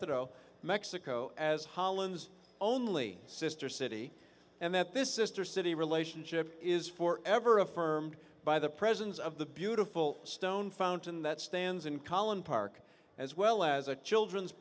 oh mexico as holland's only sister city and that this ister city relationship is for ever affirmed by the presence of the beautiful stone fountain that stands in collin park as well as a children's